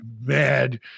mad